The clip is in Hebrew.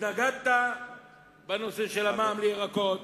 התנגדת בנושא המע"מ על ירקות,